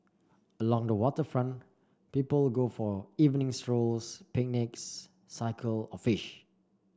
along the waterfront people go for evening strolls picnics cycle or fish